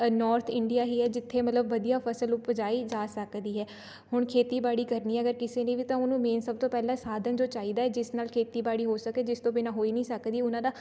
north India ਹੀ ਹੈ ਜਿੱਥੇ ਮਤਲਬ ਵਧੀਆ ਫਸਲ ਉਪਜਾਈ ਜਾ ਸਕਦੀ ਹੈ ਹੁਣ ਖੇਤੀਬਾੜੀ ਕਰਨੀ ਅਗਰ ਕਿਸੇ ਨੇ ਵੀ ਤਾਂ ਉਹਨੂੰ ਮੇਨ ਸਭ ਤੋਂ ਪਹਿਲਾਂ ਸਾਧਨ ਜੋ ਚਾਹੀਦਾ ਹੈ ਜਿਸ ਨਾਲ ਖੇਤੀਬਾੜੀ ਹੋ ਸਕੇ ਜਿਸ ਤੋਂ ਬਿਨਾਂ ਹੋ ਹੀ ਨਹੀਂ ਸਕਦੀ ਉਹਨਾਂ ਦਾ